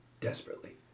Desperately